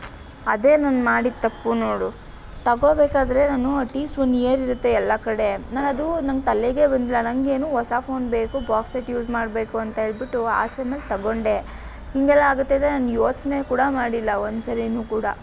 ಅದೇ ನಾನು ಮಾಡಿದ ತಪ್ಪು ನೋಡು ತಗೋಬೇಕಾದ್ರೆ ನಾನು ಅಟ್ ಲೀಸ್ಟ್ ಒನ್ನಿಯರಿರತ್ತೆ ಎಲ್ಲ ಕಡೆ ನಾನದು ನನಗೆ ತಲೆಗೇ ಬಂದಿಲ್ಲ ನನಗೇನು ಹೊಸ ಫೋನ್ ಬೇಕು ಯೂಸ್ ಮಾಡಬೇಕು ಅಂತ ಹೇಳಿಬಿಟ್ಟು ಆಸೆ ಮೇಲೆ ತಗೊಂಡೆ ಹೀಗೆಲ್ಲ ಆಗುತ್ತೆ ಅಂದು ನಾನು ಯೋಚನೆ ಕೂಡ ಮಾಡಿಲ್ಲ ಒಂದ್ಸರಿನು ಕೂಡ